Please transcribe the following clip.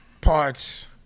parts